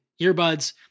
earbuds